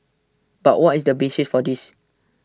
but what is the basis for this